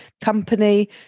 Company